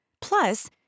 Plus